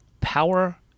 power